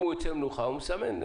אם הוא יוצא למנוחה, הוא מסמן.